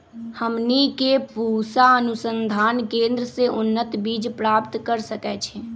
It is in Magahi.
हमनी के पूसा अनुसंधान केंद्र से उन्नत बीज प्राप्त कर सकैछे?